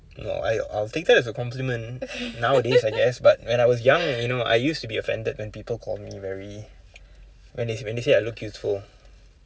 well I I'll take that as a compliment nowadays I guess but when I was young you know I used to be offended when people call me very when they when they say I look youthful